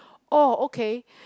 oh okay